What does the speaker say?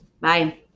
Bye